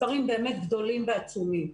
מספרים באמת גדולים ועצומים.